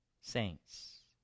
Saints